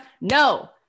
No